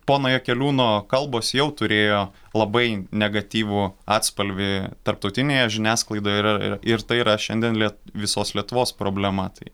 pono jakeliūno kalbos jau turėjo labai negatyvų atspalvį tarptautinėje žiniasklaidoje ir ir tai yra šiandien lie visos lietuvos problema tai